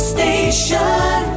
Station